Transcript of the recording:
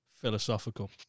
philosophical